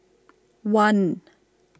one